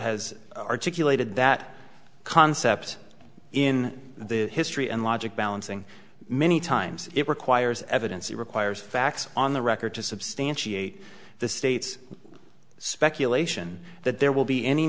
has articulated that concept in the history and logic balancing many times it requires evidence it requires facts on the record to substantiate the state's speculation that there will be any